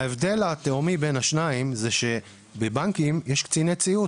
ההבדל התהומי בין השניים הוא שבבנקים יש קציני ציות.